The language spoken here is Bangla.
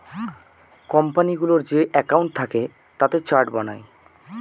কোম্পানিগুলোর যে একাউন্ট থাকে তাতে চার্ট বানায়